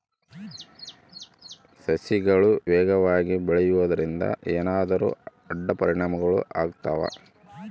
ಸಸಿಗಳು ವೇಗವಾಗಿ ಬೆಳೆಯುವದರಿಂದ ಏನಾದರೂ ಅಡ್ಡ ಪರಿಣಾಮಗಳು ಆಗ್ತವಾ?